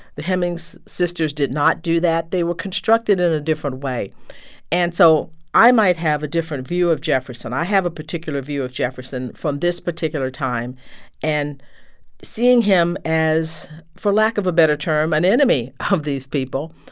the hemings sisters did not do that. they were constructed in a different way and so i might have a different view of jefferson. i have a particular view of jefferson from this particular time and seeing him as, for lack of a better term, an enemy of these people.